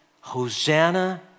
hosanna